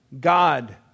God